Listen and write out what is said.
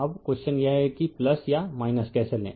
अब क्वेश्चन यह है कि या कैसे लें